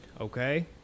okay